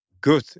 good